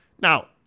Now